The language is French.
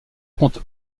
compte